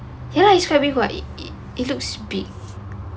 ya it's very wide it looks big